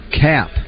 cap